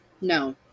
No